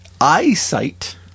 Eyesight